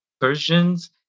Persians